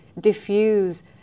diffuse